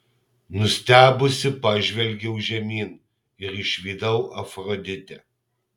nustebusi pažvelgiau žemyn ir išvydau afroditę